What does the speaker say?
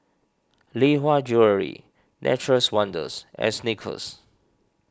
Lee Hwa Jewellery Nature's Wonders and Snickers